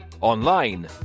online